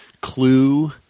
clue